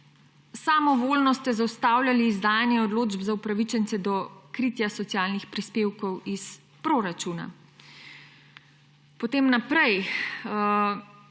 samovoljno ste zaustavljali izdajanje odločb za upravičence do kritja socialnih prispevkov iz proračuna. Potem naprej,